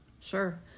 sure